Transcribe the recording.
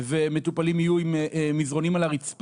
עם עזיבה של אנשי